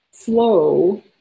flow